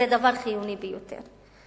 זה דבר חיוני ביותר.